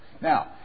Now